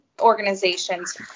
organizations